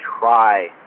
try